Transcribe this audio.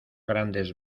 grandes